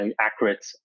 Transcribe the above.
accurate